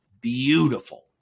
beautiful